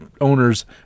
owners